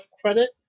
credit